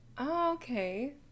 okay